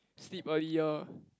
sleep earlier